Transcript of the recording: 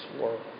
world